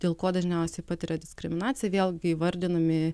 dėl ko dažniausiai patiria diskriminaciją vėlgi įvardinami